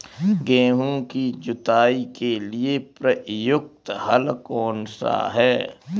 गेहूँ की जुताई के लिए प्रयुक्त हल कौनसा है?